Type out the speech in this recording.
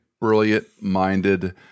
brilliant-minded